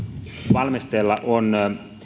valmisteilla on